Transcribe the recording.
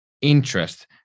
interest